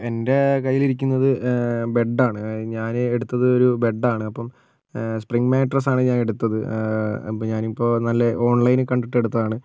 എൻറെ കയ്യിലിരിക്കുന്നത് ബെഡാണ് ഞാൻഎടുത്തത് ഒരു ബെഡാണ് അപ്പം സ്പ്രിംഗ് മാട്രസ് ആണ് ഞാനെടുത്തത് അപ്പോൾ ഞാനിപ്പോൾ നല്ല ഓൺലൈൻ കണ്ടിട്ടെടുത്തതാണ്